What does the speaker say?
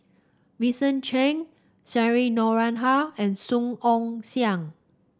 Vincent Cheng Cheryl Noronha and Song Ong Siang